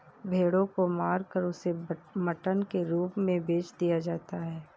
भेड़ों को मारकर उसे मटन के रूप में बेच दिया जाता है